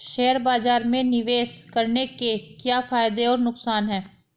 Share बाज़ार में निवेश करने के क्या फायदे और नुकसान हैं?